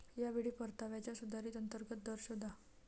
या वेळी परताव्याचा सुधारित अंतर्गत दर शोधा